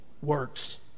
works